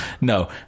No